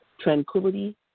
tranquility